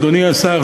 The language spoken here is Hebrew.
אדוני השר,